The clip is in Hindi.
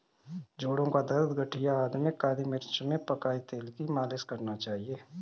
जोड़ों का दर्द, गठिया आदि में काली मिर्च में पकाए तेल की मालिश करना चाहिए